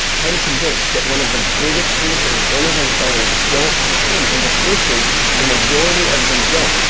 i'm convinced that one of the biggest reasons amazon sellers don't succeed, and the truth is the majority of them don't,